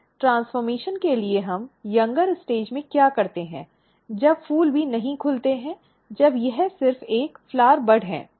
transformation के लिए हम तरूणावस्था में क्या करते हैं जब फूल भी नहीं खुलते हैं जब यह सिर्फ एक पुष्प कली है